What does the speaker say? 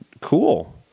Cool